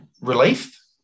relief